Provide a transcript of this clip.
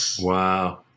Wow